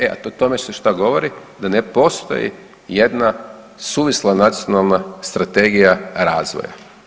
E tome se šta govori, da ne postoji jedna suvisla nacionalna strategija razvoja.